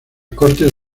cortes